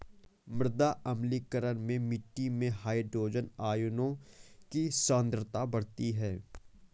मृदा अम्लीकरण में मिट्टी में हाइड्रोजन आयनों की सांद्रता बढ़ती है